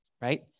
right